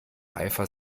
eifer